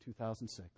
2006